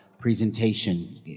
presentation